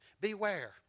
Beware